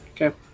Okay